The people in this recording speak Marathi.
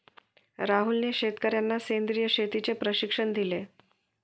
राहुलने शेतकर्यांना सेंद्रिय शेतीचे प्रशिक्षण दिले